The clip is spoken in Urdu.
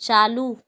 چالو